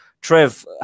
Trev